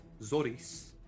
Zoris